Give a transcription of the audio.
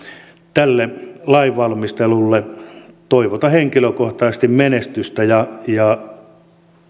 tälle lainvalmistelulle toivotan henkilökohtaisesti menestystä ja ja